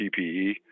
PPE